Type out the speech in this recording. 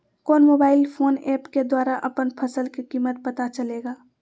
कौन mobile phone app के द्वारा अपन फसल के कीमत पता चलेगा?